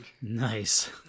Nice